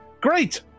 Great